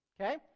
okay